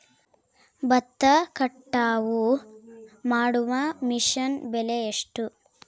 ಭತ್ತ ಕಟಾವು ಮಾಡುವ ಮಿಷನ್ ಬೆಲೆ ಎಷ್ಟು?